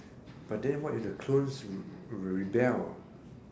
but then what if the clones re~ rebel